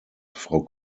frau